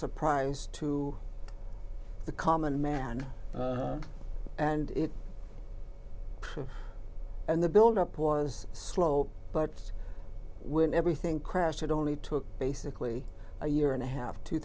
surprise to the common man and it and the build up was slow but when everything crashed it only took basically a year and a half two